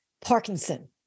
Parkinson